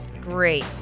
Great